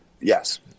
Yes